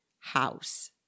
house